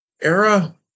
Era